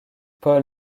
paul